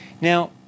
Now